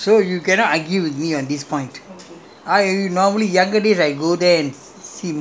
I should know better or you should know better of course so you cannot argue with me on this point